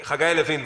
חגי לוין,